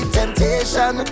temptation